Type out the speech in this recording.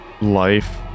life